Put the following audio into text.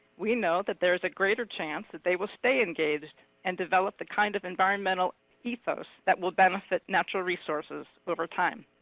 we know that there's a greater chance that they will stay engaged. and develop the kind of environmental ethos that will benefit natural resources over time.